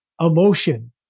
emotion